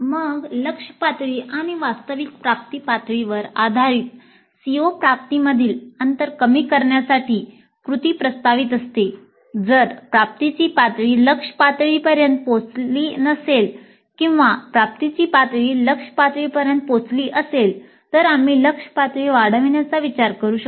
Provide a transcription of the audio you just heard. मग लक्ष्य पातळी आणि वास्तविक प्राप्ती पातळीवर आधारित CO प्राप्तीमधील अंतर कमी करण्यासाठी कृती प्रस्तावित असते जर प्राप्तीची पातळी लक्ष्य पातळीपर्यंत पोहोचली नसेल किंवा प्राप्तीची पातळी लक्ष्य पातळीपर्यंत पोहोचली असेल तर आम्ही लक्ष्य पातळी वाढवण्याचा विचार करू शकतो